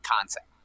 concept